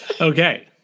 Okay